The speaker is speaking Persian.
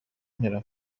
میرم